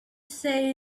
say